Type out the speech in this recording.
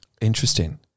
Interesting